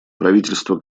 правительство